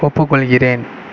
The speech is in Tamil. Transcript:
ஒப்புக்கொள்கிறேன்